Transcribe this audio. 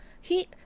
He